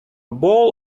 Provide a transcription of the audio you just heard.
bowl